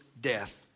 death